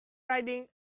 riding